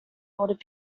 ought